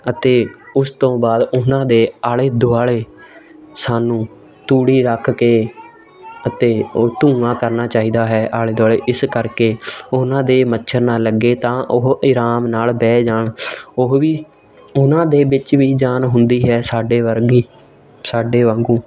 ਅਤੇ ਉਸ ਤੋਂ ਬਾਅਦ ਉਹਨਾਂ ਦੇ ਆਲ਼ੇ ਦੁਆਲ਼ੇ ਸਾਨੂੰ ਤੂੜੀ ਰੱਖ ਕੇ ਅਤੇ ਉਹ ਧੂੰਆਂ ਕਰਨਾ ਚਾਹੀਦਾ ਹੈ ਆਲ਼ੇ ਦੁਆਲ਼ੇ ਇਸ ਕਰਕੇ ਉਹਨਾਂ ਦੇ ਮੱਛਰ ਨਾ ਲੱਗੇ ਤਾਂ ਉਹ ਆਰਾਮ ਨਾਲ਼ ਬਹਿ ਜਾਣ ਉਹ ਵੀ ਉਹਨਾਂ ਦੇ ਵਿੱਚ ਵੀ ਜਾਨ ਹੁੰਦੀ ਹੈ ਸਾਡੇ ਵਰਗੀ ਸਾਡੇ ਵਾਂਗੂੰ